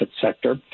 sector